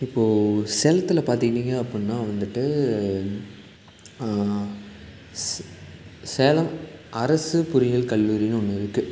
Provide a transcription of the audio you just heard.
இப்போது சேலத்தில் பார்த்துக்கிட்டீங்க அப்புடின்னா வந்துட்டு சு சேலம் அரசு பொறியியல் கல்லூரின்னு ஒன்று இருக்குது